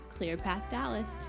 clearpathdallas